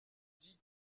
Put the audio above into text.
dit